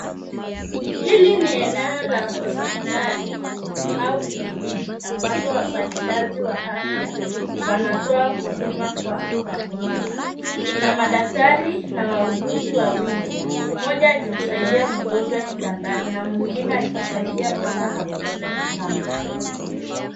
Hili ni eneo la hospitali au kliniki ambapo wafanyikazi wa afya wanatoa huduma kwa wagonjwa. Kuna madaktari na wauguzi wawili moja akimsaidia mgonjwa kitandani na mwingine akimsaidia mama na mtoto mchanga.